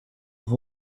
have